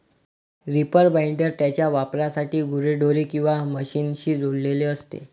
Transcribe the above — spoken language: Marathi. रीपर बाइंडर त्याच्या वापरासाठी गुरेढोरे किंवा मशीनशी जोडलेले असते